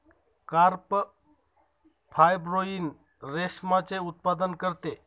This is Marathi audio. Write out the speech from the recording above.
कार्प फायब्रोइन रेशमाचे उत्पादन करते